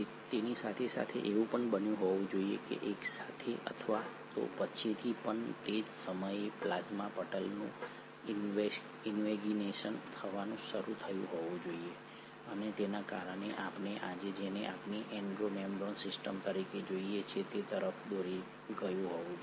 તેની સાથે સાથે એવું પણ બન્યું હોવું જોઈએ એક સાથે અથવા તો પછીથી પણ તે જ સમયે પ્લાઝ્મા પટલનું ઇન્વેગિનેશન થવાનું શરૂ થયું હોવું જોઈએ અને તેના કારણે આપણે આજે જેને આપણી એન્ડો મેમ્બ્રેન સિસ્ટમ તરીકે જોઈએ છીએ તે તરફ દોરી ગયું હોવું જોઈએ